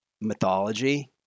mythology